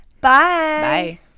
Bye